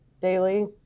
daily